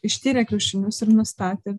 ištyrė kiaušinius ir nustatė